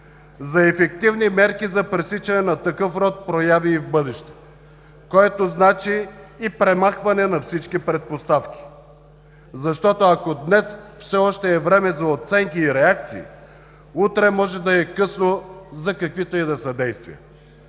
за ефективни мерки за пресичане на такъв род прояви в бъдеще, което значи и премахване на всички предпоставки. Защото ако днес все още е време за оценки и реакции, утре може да е късно за каквито и да са действия.